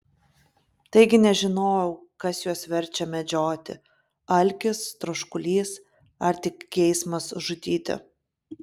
taigi nežinojau kas juos verčia medžioti alkis troškulys ar tik geismas žudyti